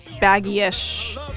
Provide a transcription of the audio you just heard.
baggy-ish